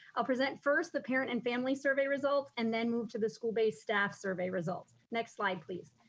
i'll present first the parent and family survey results, and then move to the school-based staff survey results. next slide, please.